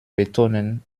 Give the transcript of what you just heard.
betonen